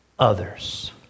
Others